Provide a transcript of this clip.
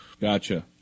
Gotcha